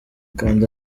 kanda